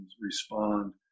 respond